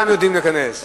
כולם יודעים להיכנס.